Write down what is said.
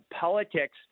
politics